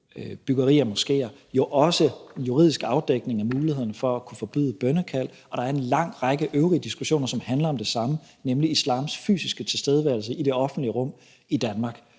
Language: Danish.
byggeri af moskéer og jo også en juridisk afdækning af mulighederne for at kunne forbyde bønnekald, og der er en lang række øvrige diskussioner, som handler om det samme, nemlig islams fysiske tilstedeværelse i det offentlige rum i Danmark.